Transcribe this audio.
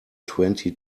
twenty